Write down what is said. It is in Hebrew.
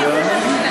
יריב.